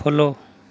follow